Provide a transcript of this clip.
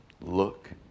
Look